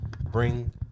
Bring